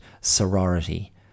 sorority